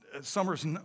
summer's